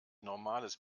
normales